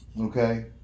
okay